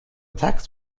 tax